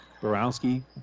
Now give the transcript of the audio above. Borowski